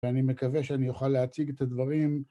ואני מקווה שאני אוכל להציג את הדברים.